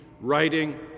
writing